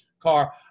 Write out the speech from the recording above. car